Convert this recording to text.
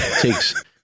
Takes